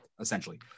essentially